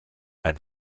ein